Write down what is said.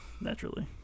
naturally